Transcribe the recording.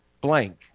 blank